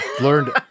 learned